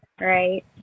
right